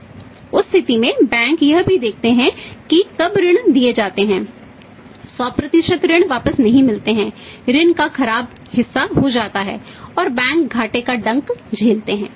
उस स्थिति में बैंक यह भी देखते हैं कि कब ऋण दिए जाते हैं 100 ऋण वापस नहीं मिलते हैं ऋण का हिस्सा खराब हो जाता है और बैंक घाटे का डंक झेलता है